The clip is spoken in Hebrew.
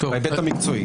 בהיבט המקצועי.